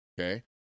Okay